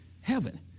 heaven